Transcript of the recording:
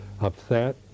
upset